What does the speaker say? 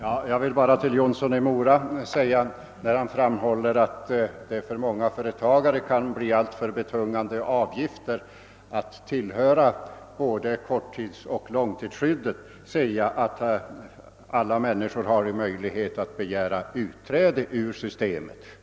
Herr talman! Herr Jonsson i Mora framhåller att det för många företagare kan bli alltför betungande att tillhöra både långtidsoch korttidsskyddet. Med anledning härav vill jag säga till honom att alla människor har möjlighet att begära utträde ur systemet.